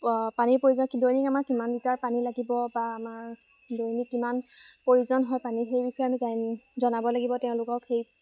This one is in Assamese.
পানীৰ প্ৰয়োজনীয়তা দৈনিক আমাৰ কিমান লিটাৰ পানী লাগিব বা আমাৰ দৈনিক কিমান প্ৰয়োজন হয় পানী সেই বিষয়ে আমি জনাব লাগিব তেওঁলোকক সেই